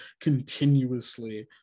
continuously